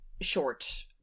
short